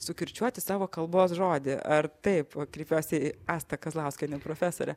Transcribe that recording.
sukirčiuoti savo kalbos žodį ar taip kreipiuosi į astą kazlauskienę profesore